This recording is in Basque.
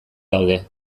daude